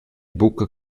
buca